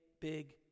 big